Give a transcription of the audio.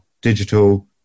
digital